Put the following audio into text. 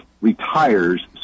retires